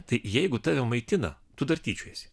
tai jeigu tave maitina tu dar tyčiojiesi